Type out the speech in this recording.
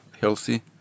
healthy